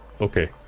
okay